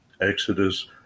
Exodus